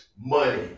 money